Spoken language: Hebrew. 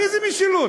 על איזה משילות?